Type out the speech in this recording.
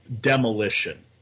demolition